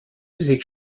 sich